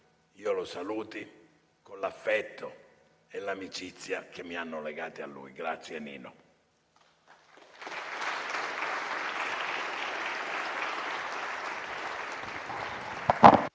io lo saluti con l'affetto e l'amicizia che mi hanno legato a lui. Grazie, Nino.